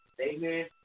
Amen